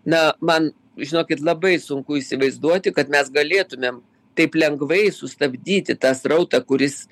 na man žinokit labai sunku įsivaizduoti kad mes galėtumėm taip lengvai sustabdyti tą srautą kuris